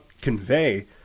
convey